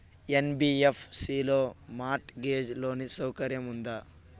NBFC లో mortgage loan సౌకర్యం ఉందా?